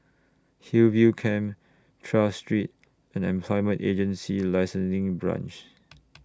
Hillview Camp Tras Street and Employment Agency Licensing Branch